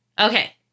Okay